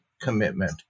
commitment